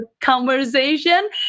conversation